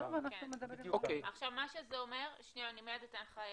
מה שזה אומר ותכף אתן לך להמשיך,